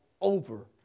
over